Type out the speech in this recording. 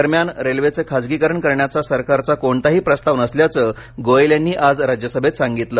दरम्यान रेल्वेचं खासगीकरण करण्याचा सरकारचा कोणतंही प्रस्ताव नसल्याचं गोयल यांनी आज राज्यसभेत सांगितलं